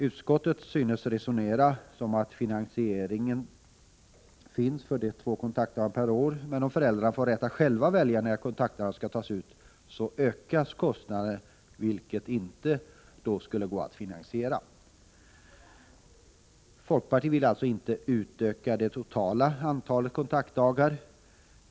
Utskottet synes resonera att finansiering finns för två kontaktdagar per år — men om föräldrarna får rätt att själva välja när kontaktdagarna skall tas ut ökar kostnaderna, vilket inte är möjligt att finansiera. Folkpartiet vill alltså inte utöka det totala antalet kontaktdagar.